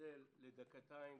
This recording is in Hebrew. נשתדל דקתיים.